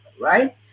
right